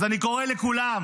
אז אני קורא לכולם,